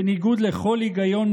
בניגוד לכל היגיון,